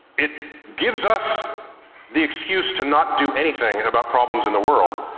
it gives us the excuse to not do anything about problems in the world,